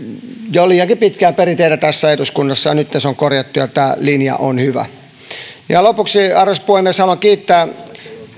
jo liiankin pitkään perinteenä tässä eduskunnassa nyt se on korjattu ja tämä linja on hyvä lopuksi arvoisa puhemies haluan kiittää